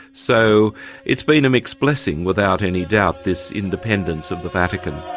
so it's been a mixed blessing, without any doubt, this independence of the vatican.